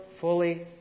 fully